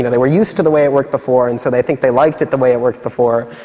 yeah they were used to the way it worked before, and so they think they liked it the way it worked before.